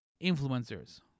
influencers